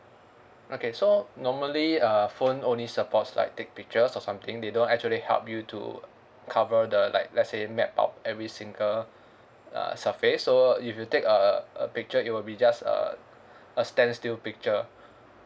okay so normally uh phone only supports like take pictures or something they don't actually help you to cover the like let's say map out every single uh surface so if you take a a picture it will be just a a standstill picture